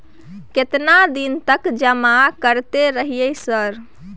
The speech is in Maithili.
केतना दिन तक जमा करते रहे सर?